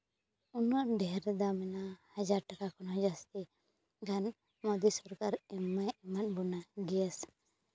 ᱩᱱᱟᱹᱜ ᱰᱷᱮᱹᱨ ᱫᱟᱢ ᱮᱱᱟ ᱦᱟᱡᱟᱨ ᱴᱟᱠᱟ ᱠᱷᱚᱱ ᱡᱟᱹᱥᱛᱤ ᱡᱟᱦᱟᱸ ᱢᱚᱫᱤ ᱥᱚᱨᱠᱟᱨ ᱮᱢᱟᱜ ᱵᱚᱱᱟᱭ ᱜᱮᱥ